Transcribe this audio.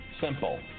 Simple